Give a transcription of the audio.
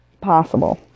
Possible